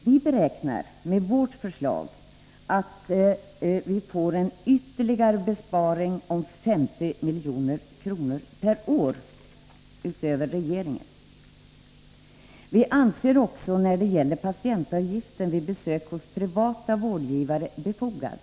Vi beräknar att vårt förslag ger en ytterligare besparing på 50 milj.kr. per år jämfört med regeringens förslag. Vi anser också att en höjning av patientavgiften vid besök hos privata vårdgivare är befogad.